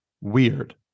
WEIRD